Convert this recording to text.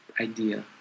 idea